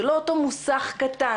זה לא אותו מוסך קטן,